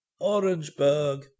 Orangeburg